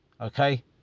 okay